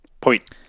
Point